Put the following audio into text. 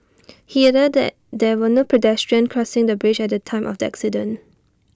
he added that there were no pedestrian crossing the bridge at the time of the accident